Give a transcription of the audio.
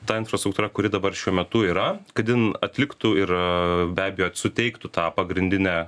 ta infrastruktūra kuri dabar šiuo metu yra kad jin atliktų ir be abejo suteiktų tą pagrindinę